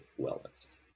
wellness